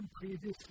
previously